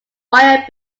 fire